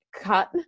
cut